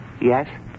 Yes